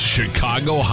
Chicago